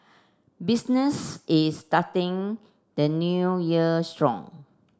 business is starting the New Year strong